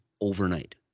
overnight